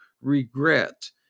regret